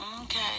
okay